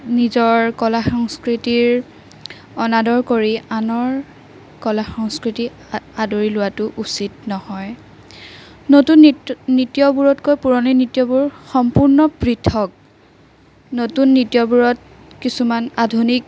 নিজৰ কলা সংস্কৃতিৰ অনাদৰ কৰি আনৰ কলা সংস্কৃতি আদৰি লোৱাটো উচিত নহয় নতুন নি নৃত্যবোৰতকৈ পুৰণি নৃত্যবোৰ সম্পূৰ্ণ পৃথক নতুন নৃত্যবোৰত কিছুমান আধুনিক